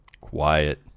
quiet